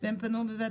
והם פנו לבית